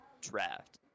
draft